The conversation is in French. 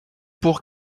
pour